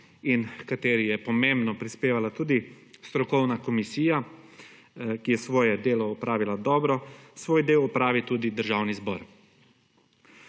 in h kateri je pomembno prispevala tudi strokovna komisija, ki je svoje delo opravila dobro, svoj del opravi tudi Državni zbor.